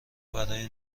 برای